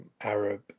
Arab